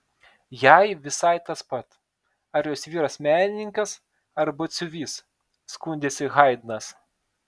jai visai tas pat ar jos vyras menininkas ar batsiuvys skundėsi haidnas